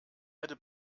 erde